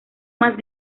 más